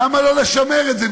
למה לא לשמר את זה?